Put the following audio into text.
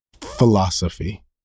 philosophy